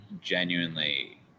genuinely